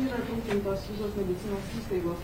ir aprūpintos visos medicinos įstaigos